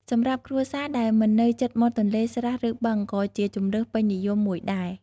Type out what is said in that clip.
សម្រាប់គ្រួសារដែលមិននៅជិតមាត់ទន្លេ ស្រះ ឬ បឹងក៏ជាជម្រើសពេញនិយមមួយដែរ។